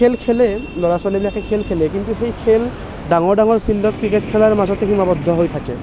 খেল খেলে ল'ৰা ছোৱালীবিলাকে খেল খেলে কিন্তু সেই খেল ডাঙৰ ডাঙৰ ফিল্ডত ক্ৰিকেট খেলাৰ মাজতে সীমাবদ্ধ হৈ থাকে